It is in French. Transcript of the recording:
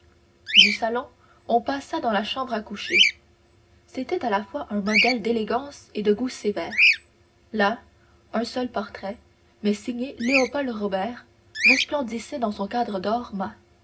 du salon on passa dans la chambre à coucher c'était à la fois un modèle d'élégance et de goût sévère là un seul portrait mais signé léopold robert resplendissait dans son cadre d'or